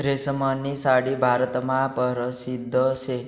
रेशीमनी साडी भारतमा परशिद्ध शे